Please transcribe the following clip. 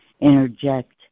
interject